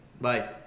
Bye